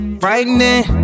frightening